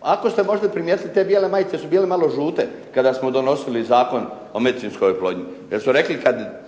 ako ste možda primijetili te bijele majice su bile malo žute kada smo donosili Zakon o medicinskoj oplodnji, jer su rekli, "Kada